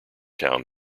town